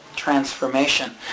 transformation